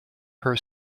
her